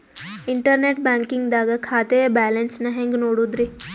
Internet banking ದಾಗ ಖಾತೆಯ balance ನ ಹೆಂಗ್ ನೋಡುದ್ರಿ?